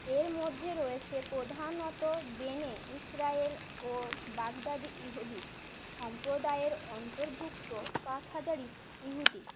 এর মধ্যে রয়েছে প্রধানত বেনে ইজরায়েল ও বাগদাদি ইহুদি সম্প্রদায়ের অন্তর্ভুক্ত পাঁচ হাজার ইহুদি